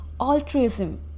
altruism